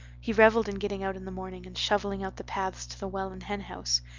he reveled in getting out in the morning and shoveling out the paths to the well and henhouse.